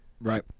Right